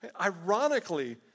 Ironically